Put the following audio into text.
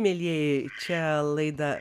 mielieji čia laida